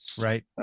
Right